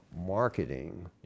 marketing